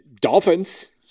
Dolphins